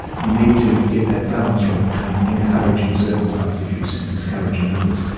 you need to get that balance right between encouraging certain types of use and discouraging others.